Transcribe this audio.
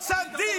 "צדיק"?